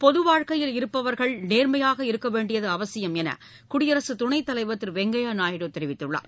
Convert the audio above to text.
பொது வாழ்க்கையில் இருப்பவர்கள் நேர்மையாக இருக்க வேண்டியது அவசியம் என குடியரசு கலைவர் துணைத் திரு வெங்கய்ய நாயுடு தெரிவித்துள்ளார்